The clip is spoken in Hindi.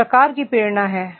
किस प्रकार की प्रेरणा है